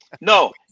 No